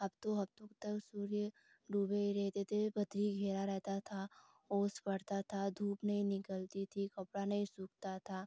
हफ्तों हफ्तों तक सूर्य डूबे ही रहते थे बदरी घेरा रहता था ओस पड़ता था धूप नहीं निकलती थी कपड़ा नही सूखता था